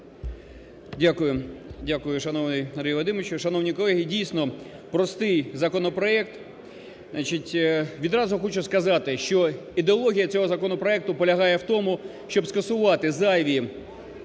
Дякую, шановний Андрію Володимировичу. Шановні колеги, дійсно простий законопроект. Значить, відразу хочу сказати, що ідеологія цього законопроекту полягає в тому, щоб скасувати зайві